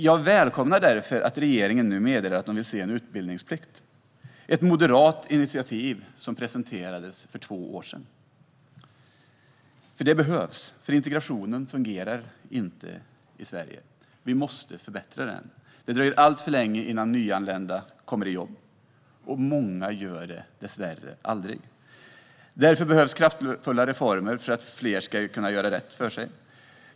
Jag välkomnar därför att regeringen nu meddelar att de vill se en utbildningsplikt. Detta är ett moderat initiativ som presenterades för två år sedan. Det behövs, för integrationen fungerar inte i Sverige. Vi måste förbättra den. Det dröjer alltför länge innan nyanlända kommer i jobb, och många gör det dessvärre aldrig. Därför behövs kraftfulla reformer för att fler ska kunna göra rätt för sig.